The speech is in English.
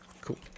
Cool